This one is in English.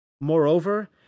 Moreover